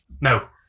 No